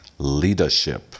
Leadership